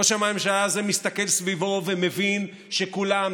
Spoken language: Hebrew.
ראש הממשלה הזה מסתכל סביבו ומבין שכולם,